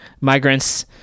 migrants